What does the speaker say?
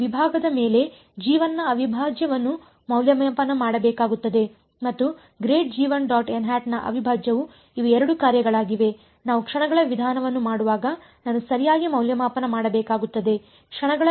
ನಾನು ಕೆಲವು ವಿಭಾಗದ ಮೇಲೆ ನ ಅವಿಭಾಜ್ಯವನ್ನು ಮೌಲ್ಯಮಾಪನ ಮಾಡಬೇಕಾಗುತ್ತದೆ ಮತ್ತು ನ ಅವಿಭಾಜ್ಯವು ಇವು 2 ಕಾರ್ಯಗಳಾಗಿವೆ ನಾವು ಕ್ಷಣಗಳ ವಿಧಾನವನ್ನು ಮಾಡುವಾಗ ನಾನು ಸರಿಯಾಗಿ ಮೌಲ್ಯಮಾಪನ ಮಾಡಬೇಕಾಗುತ್ತದೆ